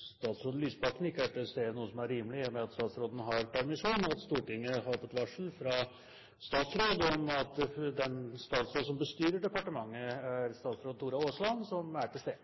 statsråd Lysbakken ikke er til stede, noe som er rimelig i og med at statsråden har permisjon – at Stortinget har fått varsel fra statsråd om at den statsråd som bestyrer departementet, er statsråd Tora Aasland, som er til